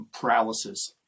paralysis